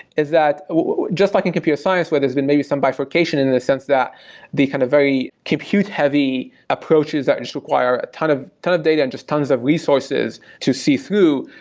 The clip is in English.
is that just like in computer science where there's been maybe some bifurcation in the sense that the kind of very compute-heavy approaches that just require a ton of ton of data and just tons of resources to see through,